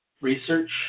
research